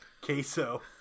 queso